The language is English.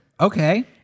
Okay